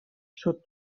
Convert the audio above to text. sud